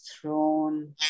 throne